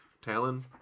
talon